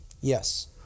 Yes